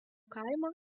kaimo